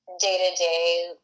day-to-day